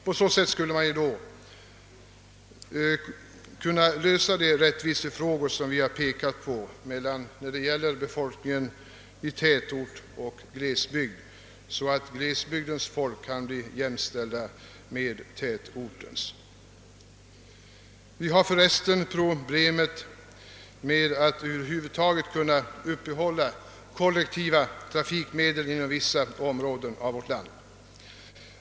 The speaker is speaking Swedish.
På det sättet skulle man kunna lösa de rättviseproblem som vi har pekat på när det gäller befolkningen i tätort och glesbygd, så att människorna i glesbygden blir jämställda med människorna i tätorten. Vi har för övrigt ett problem med att över huvud taget kunna uppehålla de kollektiva trafikmedlen inom vissa områden av vårt land.